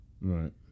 Right